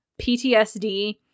PTSD